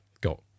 got